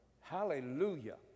Hallelujah